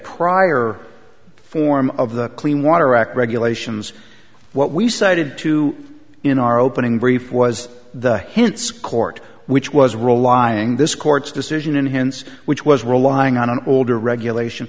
prior form of the clean water act regulations what we cited to in our opening brief was the hints court which was role lying this court's decision and hence which was relying on an older regulation